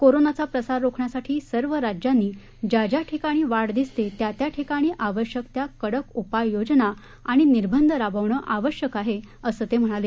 कोरोनाचा प्रसार रोखण्यासाठी सर्व राज्यांनी ज्या ज्या ठिकाणी वाढ दिसते त्या त्या ठिकाणी आवश्यक त्या कडक उपाययोजना आणि निर्बंध राबवणं आवश्यक आहे असं ते म्हणाले